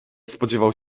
spodziewał